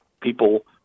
people